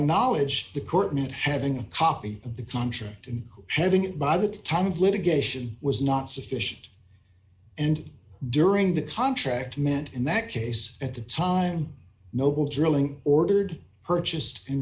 court having a copy of the contract and having it by the time of litigation was not sufficient and during the contract meant in that case at the time noble drilling ordered purchased and